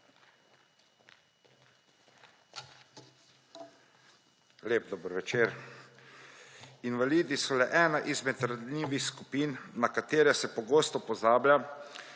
Lep dober večer! Invalidi so le ena izmed ranljivih skupin, na katere se pogosto pozablja,